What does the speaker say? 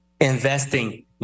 investing